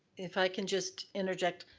if i can just interject.